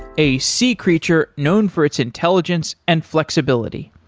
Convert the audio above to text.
a sea creature known for its intelligence and flexibility.